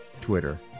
Twitter